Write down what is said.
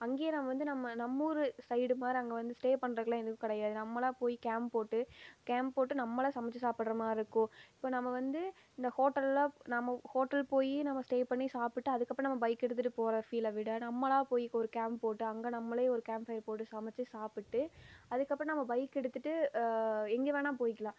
அங்கேயே நம்ம வந்து நம்ம நம்ம ஊர் சைட் மாரி அங்கே வந்து ஸ்டே பண்ணுறதுக்குலாம் எதுவும் கிடையாது நம்மளாக போய் கேம்ப் போட்டு கேம்ப் போட்டு நம்மளாக சமைச்சு சாப்பிடற மாதிரி இருக்கும் இப்போ நம்ம வந்து இந்த ஹோட்டலில் நம்ம ஹோட்டல் போய் ஸ்டே பண்ணி சாப்பிட்டு அதுக்கு அப்புறம் நம்ம பைக்கை எடுத்துகிட்டு போகிற ஃபீலை விட நம்மளாக போய் ஒரு கேம்ப் போட்டு அங்கே நம்மளே ஒரு கேம்ப் ஃபயர் போட்டு சமைச்சு சாப்பிட்டு அதுக்கு அப்புறம் நம்ம பைக்கை எடுத்துகிட்டு எங்கே வேணால் போய்க்கலாம்